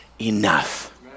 enough